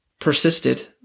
Persisted